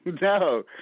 No